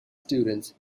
students